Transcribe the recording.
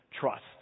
trust